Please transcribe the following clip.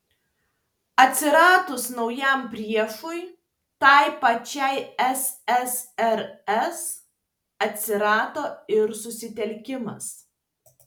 atsiradus naujam priešui tai pačiai ssrs atsirado ir susitelkimas